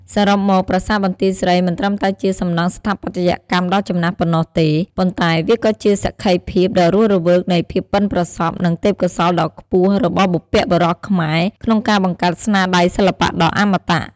សរុបមក ប្រាសាទបន្ទាយស្រី មិនត្រឹមតែជាសំណង់ស្ថាបត្យកម្មដ៏ចំណាស់ប៉ុណ្ណោះទេ ប៉ុន្តែវាក៏ជាសក្ខីភាពដ៏រស់រវើកនៃភាពប៉ិនប្រសប់ និងទេពកោសល្យដ៏ខ្ពស់របស់បុព្វបុរសខ្មែរក្នុងការបង្កើតស្នាដៃសិល្បៈដ៏អមតៈ។